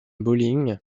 bowling